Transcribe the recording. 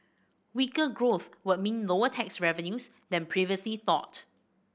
weaker growth would mean lower tax revenues than previously thought